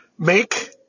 Make